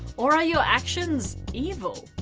or are your actions evil?